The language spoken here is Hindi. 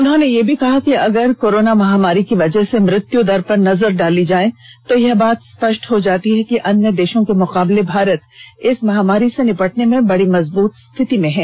उन्होंने यह भी कहा कि अगर कोरोना महामारी की वजह से मृत्यु दर पर नजर डाली जाए तो यह बात स्पष्ट हो जाती है कि अन्य देशों के मुकाबले भारत इस महामारी से निपटने में बड़ी मजबूत स्थिति में है